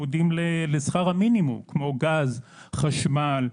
שצמודים לשכר המינימום, כמו: גז, חשמל.